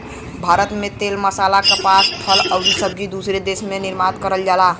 भारत से तेल मसाला कपास फल आउर सब्जी दूसरे देश के निर्यात करल जाला